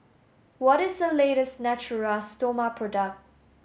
what is the latest Natura Stoma product